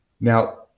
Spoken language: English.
Now